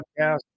podcast